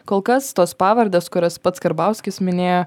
kol kas tos pavardės kurias pats karbauskis minėjo